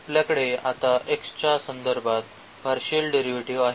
तर आपल्याकडे आता x च्या संदर्भात पार्शिअल डेरिव्हेटिव्ह आहे